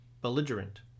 belligerent